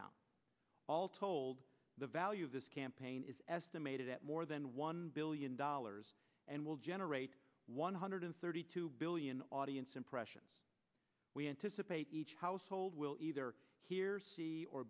down all told the value of this campaign is estimated at more than one billion dollars and will generate one hundred thirty two billion audience impressions we anticipate each house will either here